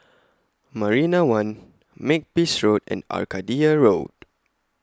Marina one Makepeace Road and Arcadia Road